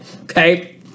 okay